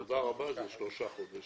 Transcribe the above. תודה רבה, זה שלושה חודשים.